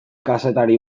kazetari